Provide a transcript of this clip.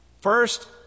first